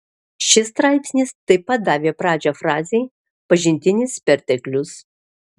šis straipsnis taip pat davė pradžią frazei pažintinis perteklius